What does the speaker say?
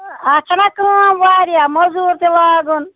اَتھ چھےٚ نا کٲم واریاہ موٚزوٗر تہِ لاگُن